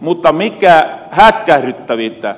mutta mikä hätkähryttävintä